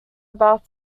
about